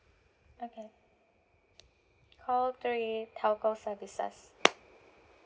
okay call three telco services